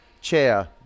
chair